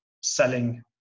selling